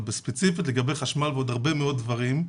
ספציפית לגבי חשמל ועוד הרבה מאוד דברים,